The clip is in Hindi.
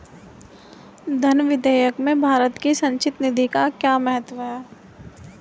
धन विधेयक में भारत की संचित निधि का क्या महत्व है?